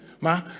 Ma